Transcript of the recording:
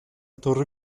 torre